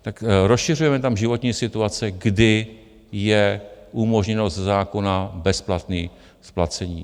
Tak rozšiřujeme tam životní situace, kdy je umožněno ze zákona bezplatné splacení.